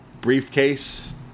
briefcase